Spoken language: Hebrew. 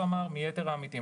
מיתר העמיתים.